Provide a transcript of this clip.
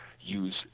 use